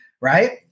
right